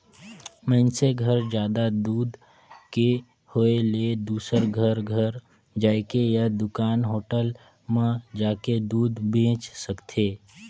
मइनसे घर जादा दूद के होय ले दूसर घर घर जायके या दूकान, होटल म जाके दूद बेंच सकथे